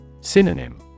Synonym